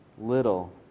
little